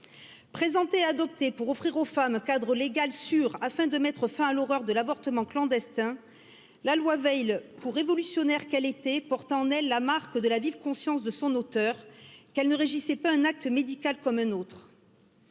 présentée et adoptée pour offrir aux femmes un cadre légal sûr afin de mettre fin à l'horreur de l'avortement clandestin la loi veil pour révolutionnaire qu'elle était porte en elle la marque de la vive conscience de son auteur qu'elle ne régissait pas un acte médical ainsi